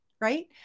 right